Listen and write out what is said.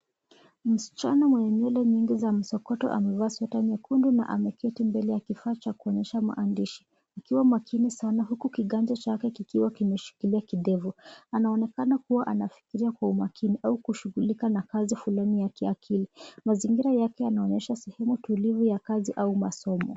Msichana mwenye nywele nyingi za msokoto amevaa sweta nyekundu na ameketi mbele ya kifaa cha kuonyesha maandishi. Akiwa makini sana huku kiganja chake kikiwa kimeshikilia kidevu. Anaonekana kuwa anafikiria kwa umakini au kushughulika na kazi fulani ya kiakili. Mazingira yake yanaonyesha sehemu tulivu ya kazi au masomo.